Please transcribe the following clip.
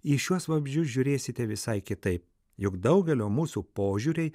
į šiuos vabzdžius žiūrėsite visai kitaip juk daugelio mūsų požiūriai